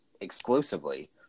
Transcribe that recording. exclusively